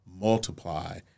multiply